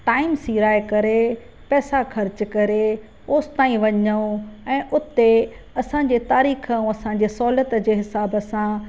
time सिराइ करे पेसा ख़र्चु करे होसि ताई वञूं ऐं उते असांजे तारीख़ ऐं असांजे सहुलियत जे हिसाब सां